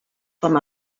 com